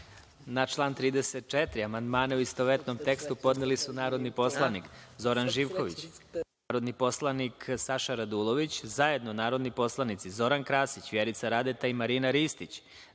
član 35. amandmane, u istovetnom tekstu, podneli su narodni poslanik Zoran Živković, narodni poslanik Saša Radulović, zajedno narodni poslanici Zoran Krasić, Verica Radeta i Nikola Savić,